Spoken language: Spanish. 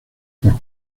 por